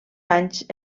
anys